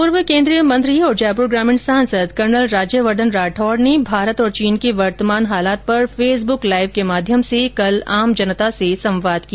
पूर्व केन्द्रीय मंत्री और जयपुर ग्रामीण सांसद कर्नल राज्यवर्धन राठौड़ ने भारत और चीन के वर्तमान हालात पर फेसबुक लाईव के माध्यम से कल आम जनता से संवाद किया